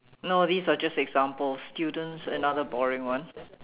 no these are just examples students and other boring one